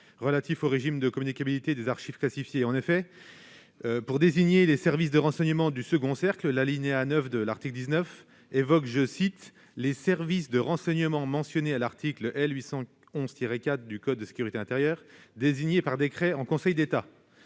relatif au régime de communicabilité des archives classifiées. En effet, pour désigner les services de renseignement du second cercle, l'alinéa 9 de l'article renvoie aux « services de renseignement mentionnés à l'article L. 811-4 du code de la sécurité intérieure désignés par décret en Conseil d'État ».